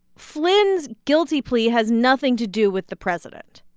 flynn's guilty plea has nothing to do with the president,